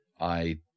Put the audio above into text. I